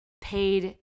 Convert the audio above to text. paid